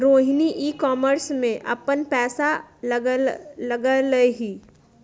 Rohini e commerce में अप्पन पैसा लगअलई ह